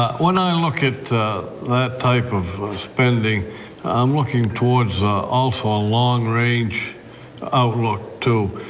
when i look at type of spending i'm looking towards also ah long range outlook too.